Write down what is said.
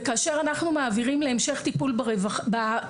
וכאשר אנחנו מעבירים להמשך טיפול בקהילה,